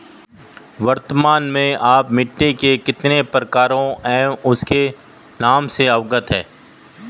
वर्तमान में आप मिट्टी के कितने प्रकारों एवं उनके नाम से अवगत हैं?